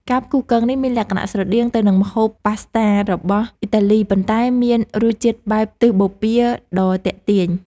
ការផ្គូផ្គងនេះមានលក្ខណៈស្រដៀងទៅនឹងម្ហូបប៉ាស្តារបស់អ៊ីតាលីប៉ុន្តែមានរសជាតិបែបទិសបូព៌ាដ៏ទាក់ទាញ។